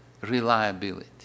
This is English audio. reliability